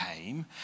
came